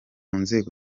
nzego